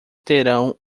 terão